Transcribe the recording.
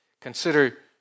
Consider